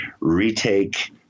retake